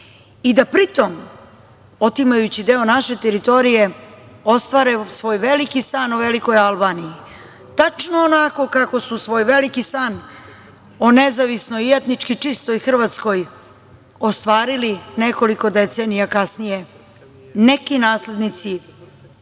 i da pri tom, otimajući deo naše teritorije, ostvare svoj veliki san o velikoj Albaniji, a tačno onako kako su svoj veliki san o nezavisnoj i etnički čistoj Hrvatskoj ostvarili nekoliko decenija kasnije neki naslednici